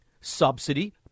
subsidy